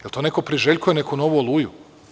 Je li to neko priželjkuje neku novu „Oluju“